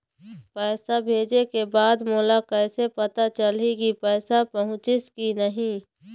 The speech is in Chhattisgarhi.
पैसा भेजे के बाद मोला कैसे पता चलही की पैसा पहुंचिस कि नहीं?